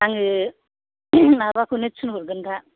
आङो माबाखौनो थिनहरगोन दा